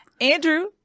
Andrew